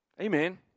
Amen